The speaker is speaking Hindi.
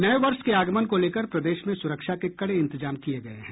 नये वर्ष के आगमन को लेकर प्रदेश में सुरक्षा के कड़े इंतजाम किये गये हैं